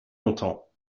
longtemps